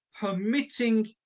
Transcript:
permitting